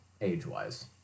age-wise